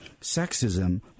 sexism